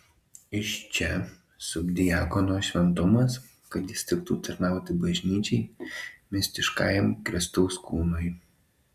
iš čia subdiakono šventumas kad jis tiktų tarnauti bažnyčiai mistiškajam kristaus kūnui